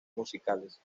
musicales